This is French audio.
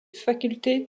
facultés